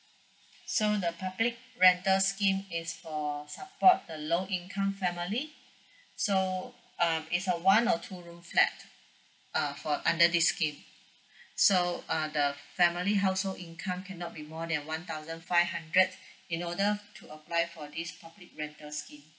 so the public rental scheme is for support the low income family so err it's a one or two room flat uh for under this scheme so uh the family household income cannot be more than one thousand five hundred in order to apply for this public rental scheme